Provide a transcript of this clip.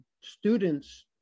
students